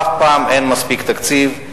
אף פעם אין מספיק תקציב,